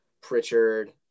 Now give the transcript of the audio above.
Pritchard